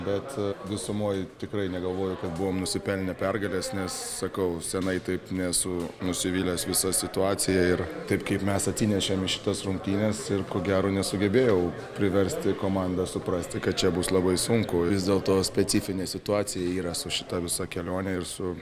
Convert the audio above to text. bet visumoj tikrai negalvoju kad buvom nusipelnę pergalės nes sakau senai taip nesu nusivylęs visa situacija ir taip kaip mes atsinešėm į šitas rungtynes ir ko gero nesugebėjau priversti komandą suprasti kad čia bus labai sunku vis dėlto specifinė situacija yra su šita visa kelione ir su